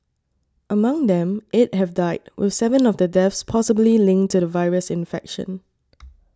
among them eight have died with seven of the deaths possibly linked to the virus infection